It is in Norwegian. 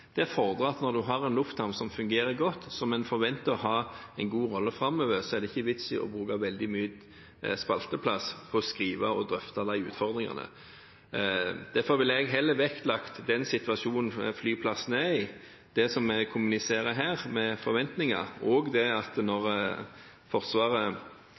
Det fordrer at når en har en lufthavn som fungerer godt, som en forventer har en god rolle framover, så er det ikke vits i å bruke veldig mye spalteplass på å skrive om og drøfte de utfordringene. Derfor ville jeg heller vektlagt den situasjonen flyplassen er i, det som vi kommuniserer her, med forventninger, og det at når Forsvaret